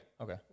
Okay